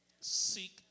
seek